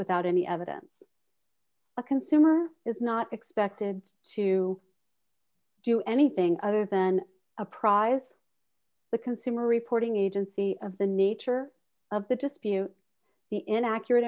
without any evidence a consumer is not expected to do anything other than a prize the consumer reporting agency of the nature of the dispute the inaccurate